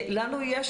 לנו יש